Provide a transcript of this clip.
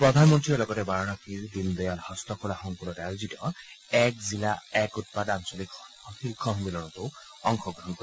প্ৰধানমন্ত্ৰীয়ে লগতে বাৰানসীৰ দীনদয়াল হস্তকলা শংকুলত আয়োজিত এক জিলা এক উৎপাদ আঞ্চলিক শীৰ্য সন্মিলনত অংশগ্ৰহণ কৰিব